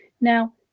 Now